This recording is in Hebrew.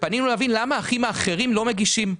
ופנינו להבין למה האחים האחרים לא מגישים.